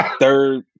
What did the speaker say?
third